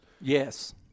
Yes